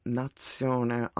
nazione